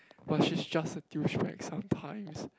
but shes just a distract sometimes